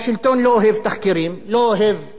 לא אוהב עיתונות נושכת,